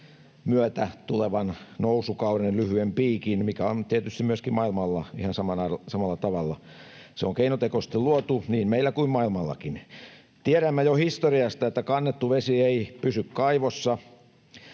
myötä tulevan nousukauden lyhyestä piikistä, mikä on tietysti myöskin maailmalla ihan samalla tavalla. Se on keinotekoisesti luotu niin meillä kuin maailmallakin. Tiedämme jo historiasta, että kannettu vesi ei pysy kaivossa.